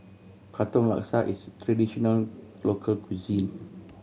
Katong Laksa is a traditional local cuisine